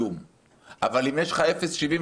אבל אם יש לך 0.77,